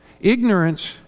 Ignorance